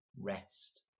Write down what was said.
rest